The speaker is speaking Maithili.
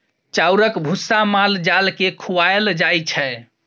चाउरक भुस्सा माल जाल केँ खुआएल जाइ छै